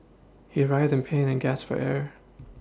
he writhed in pain and gasped for air